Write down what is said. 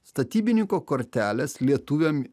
statybininko korteles lietuviam